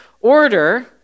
order